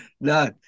No